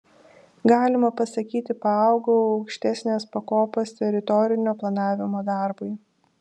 galima pasakyti paaugau aukštesnės pakopos teritorinio planavimo darbui